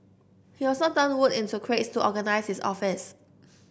he also turned wood into crates to organise his office